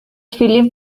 film